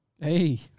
Hey